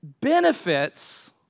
benefits